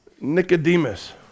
Nicodemus